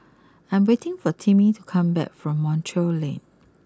I am waiting for Timmy to come back from Montreal Link